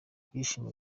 ibyishimo